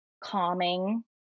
calming